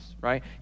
right